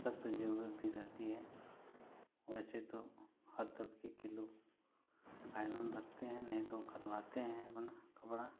सख़्त जरूरत भी रहती है वैसे तो हर तबके के लोग आयरन रखते हैं नहीं तो करवाते हैं अपना कपड़ा